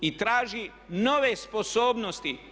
I traži nove sposobnosti.